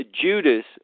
Judas